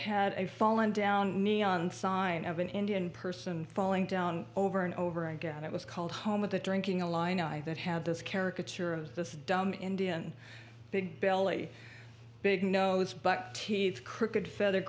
a fallen down neon sign of an indian person falling down over and over again it was called home with the drinking a line that had this caricature of this dumb indian big belly big nose but teeth crooked feather